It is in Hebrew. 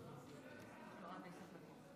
תודה רבה, אדוני היושב-ראש.